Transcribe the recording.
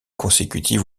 consécutives